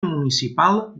municipal